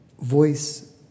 voice